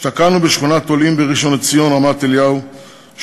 השתקענו בשכונת העולים רמת-אליהו בראשון-לציון,